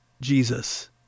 Jesus